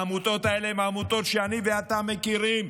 העמותות האלה הן העמותות שאני ואתה מכירים.